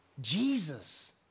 Jesus